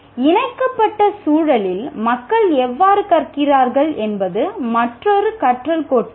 இணைக்கப்பட்ட சூழலில் மக்கள் எவ்வாறு கற்கிறார்கள் என்பது மற்றொரு கற்றல் கோட்பாடு